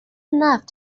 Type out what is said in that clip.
enough